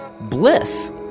bliss